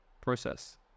process